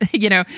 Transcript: ah you know,